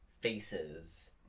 faces